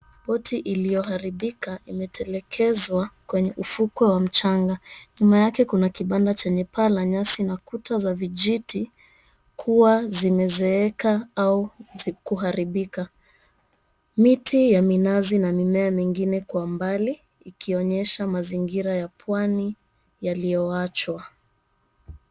Port iliyoharibika imetelekezwa kwenye ufukwe wa mchanga, nyuma yake kuna kibanda chenye paa la nyasi na kuta za vijiti kuwa zinezeeka au kuharibika. Miti ya minazi na mimea nyingine kwa mbali ikionyesha mazingira ya pwani yaliyoachwa.